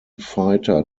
fighter